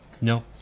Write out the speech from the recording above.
No